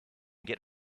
get